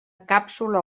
càpsula